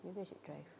maybe I should drive